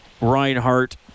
Reinhardt